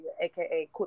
aka